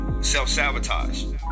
self-sabotage